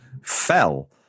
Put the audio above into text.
fell